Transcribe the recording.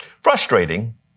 Frustrating